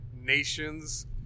nations